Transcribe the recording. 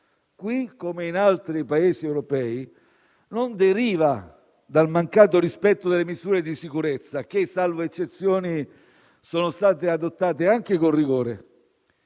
qui, come in altri Paesi europei - non deriva dal mancato rispetto delle misure di sicurezza che, salvo eccezioni, sono state adottate anche con rigore